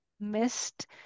missed